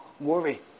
worry